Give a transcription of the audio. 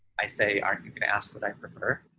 i say, aren't you gonna ask what i prefer?